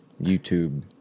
YouTube